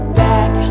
back